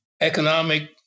economic